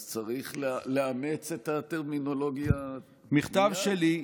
אז צריך לאמץ את הטרמינולוגיה --- מכתב שלי,